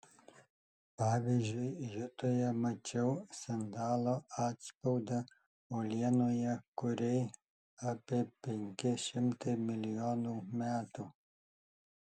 pavyzdžiui jutoje mačiau sandalo atspaudą uolienoje kuriai apie penki šimtai milijonų metų